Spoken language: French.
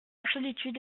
solitude